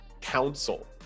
council